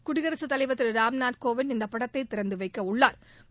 குடியரசுத்தலைவா் திரு ராம்நாத் கோவிந்த் இந்தப் படத்தை திறந்து வைக்க உள்ளாா்